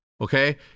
Okay